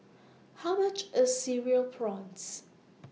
How much IS Cereal Prawns